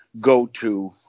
go-to